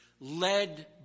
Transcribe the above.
led